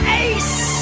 ace